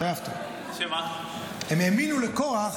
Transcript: הם האמינו לקרח.